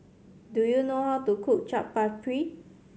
do you know how to cook Chaat Papri